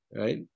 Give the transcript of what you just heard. right